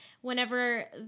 whenever